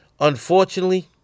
Unfortunately